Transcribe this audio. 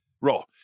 Roll